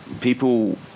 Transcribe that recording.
people